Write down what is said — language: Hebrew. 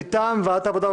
מטעם ועדת העבודה,